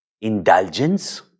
indulgence